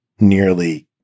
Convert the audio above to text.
nearly